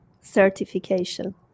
certification